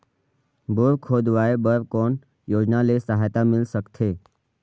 Bore खोदवाय बर कौन योजना ले सहायता मिल सकथे?